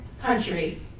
country